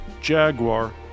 Jaguar